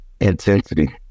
Intensity